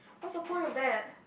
what's the point of that